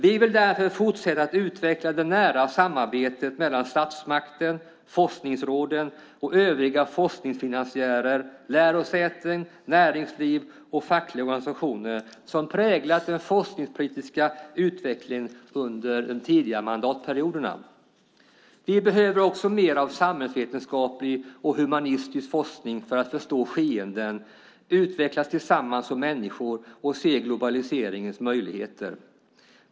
Vi vill därför fortsätta att utveckla det nära samarbetet mellan statsmakten, forskningsråden och övriga forskningsfinansiärer, lärosäten, näringsliv och fackliga organisationer som präglat den forskningspolitiska utvecklingen under de tidigare mandatperioderna. Vi behöver också mer av samhällsvetenskaplig och humanistisk forskning för att förstå skeenden, utvecklas tillsammans som människor och se globaliseringens möjligheter.